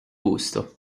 gusto